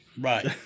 right